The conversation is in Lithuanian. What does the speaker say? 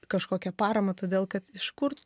kažkokią paramą todėl kad iš kur